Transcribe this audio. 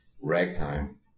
Ragtime